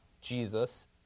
Jesus